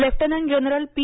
lieutenant general P